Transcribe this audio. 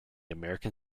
american